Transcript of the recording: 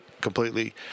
completely